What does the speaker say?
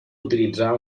utilitzar